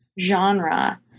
genre